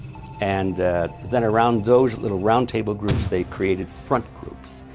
and then around those little round table groups they created front groups.